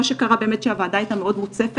מה שקרה זה שהוועדה באמת הייתה מאוד מוצפת,